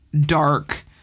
dark